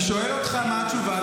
אני שואל אותך מה התשובה.